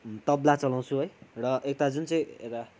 तब्ला चलाउँछु है र यता जुन चाहिँ यता